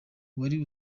wari